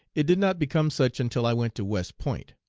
it did not become such until i went to west point.